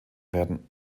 werden